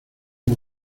muy